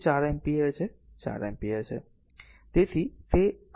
તેથી તે 4 એમ્પીયર છે તે 4 એમ્પીયર છે